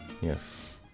yes